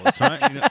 right